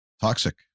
toxic